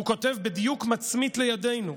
הוא כותב בדיוק מצמית לימינו: